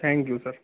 thank you sir